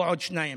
או עוד שניים.